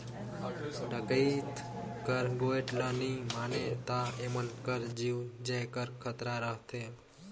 डकइत कर गोएठ ल नी मानें ता एमन कर जीव जाए कर खतरा रहथे